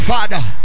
Father